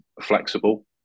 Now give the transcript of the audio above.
flexible